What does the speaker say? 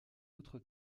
autre